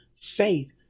faith